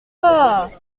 pas